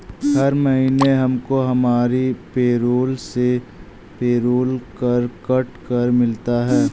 हर महीने हमको हमारी पेरोल से पेरोल कर कट कर मिलता है